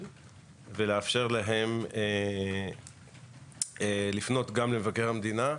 ולאפשר להם לפנות גם למבקר המדינה,